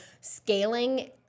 scaling